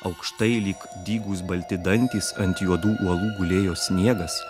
aukštai lyg dygūs balti dantys ant juodų uolų gulėjo sniegas